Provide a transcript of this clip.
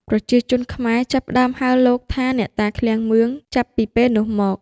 ប្រជាជនខ្មែរចាប់ផ្ដើមហៅលោកថា «អ្នកតាឃ្លាំងមឿង» ចាប់ពីពេលនោះមក។